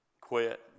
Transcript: quit